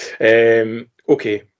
Okay